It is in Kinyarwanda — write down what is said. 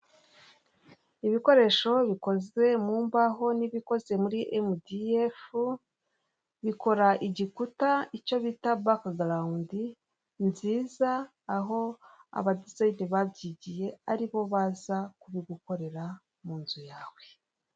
Ibikoresho bikozwe mu mbaho n'ibikoze muri emudi efu bikora igikuta icyo bita bakegarawundi nziza aho abadisiyide babyigiye ari bo baza kubigukorera mu nzu yawe.